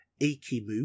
Ikimu